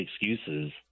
excuses